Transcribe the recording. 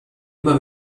immer